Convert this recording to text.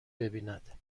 ببیند